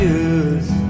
use